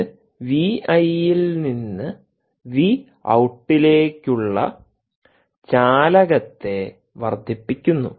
ഇത് V I യിൽ നിന്ന് വി ഔട്ടിലേക്കുളള ചാലകത്തെ വർദ്ധിപ്പിക്കുന്നു